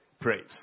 praise